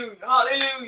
hallelujah